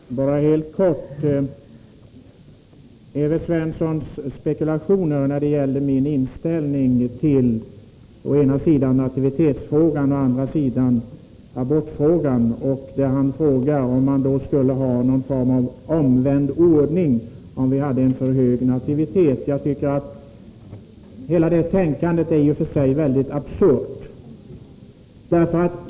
Herr talman! Bara en helt kort replik. Evert Svensson spekulerade om min inställning i å ena sidan nativitetsfrå gan och å andra sidan abortfrågan. Han frågade om jag skulle inta den motsatta ståndpunkten, om vi hade en för hög nativitet. Hela det tänkandet är absurt.